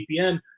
VPN